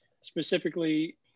Specifically